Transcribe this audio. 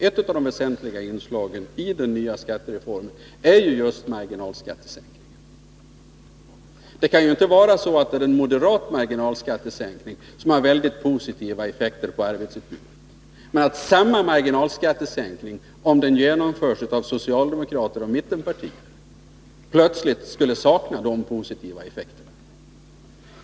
Ett av de väsentligaste inslagen i den nya skattereformen är just marginalskattesänkningen. Det kan ju inte vara så att det är en moderat marginalskattesänkning som har väldigt positiva effekter på arbetsutbudet, men att om samma marginalskattesänkning genomförs av socialdemokrater och mittenpartier, skulle den plötsligt sakna de positiva effekterna.